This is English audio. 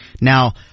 Now